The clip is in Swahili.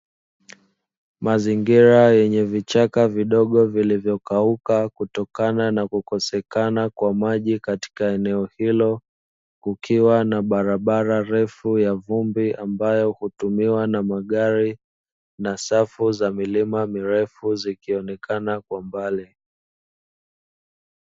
Mazingira yenye vichaka vidogo vilivyokauka kutoka na kukosekana kwa maji katika eneo hilo, kukiwa na barabara refu ya vumbi ambayo hutumiwa na magari na safu za milima mirefu zikionekana kwa mbali.